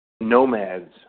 Nomads